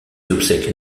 obsèques